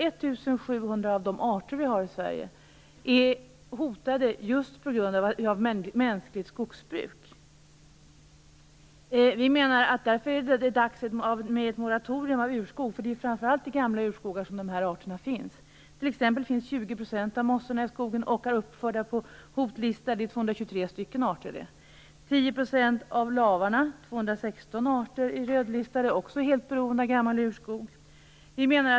1 700 av de arter som finns i Sverige är hotade just på grund av mänskligt skogsbruk. Därför menar vi att det är dags för ett moratorium för avverkning av urskog. Det är ju framför allt i gamla urskogar som de här arterna finns. 20 % av mossorna är uppförda på hotlistan och finns t.ex. i dessa skogar. Det är 223 arter. 10 % av lavarna, dvs. 216 arter är rödlistade. De är också helt beroende av gammal urskog.